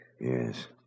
Yes